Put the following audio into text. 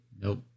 Nope